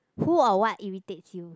who or what irritates you